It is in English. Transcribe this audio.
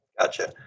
Gotcha